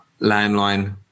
landline